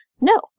no